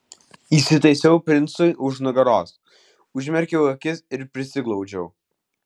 įsitaisiau princui už nugaros užmerkiau akis ir prisiglaudžiau